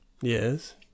Yes